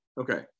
Okay